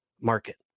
market